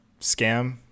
scam